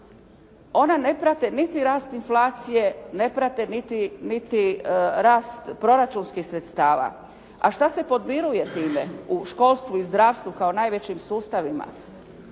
Ona ne prate niti rast inflacije, ne prate niti rast proračunskih sredstava. A šta se podmiruje time u školstvu i zdravstvu kao najvećim sustavima?